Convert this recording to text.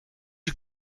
you